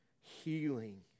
healing